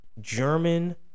German